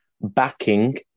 backing